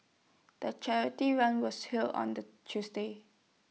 the charity run was held on the Tuesday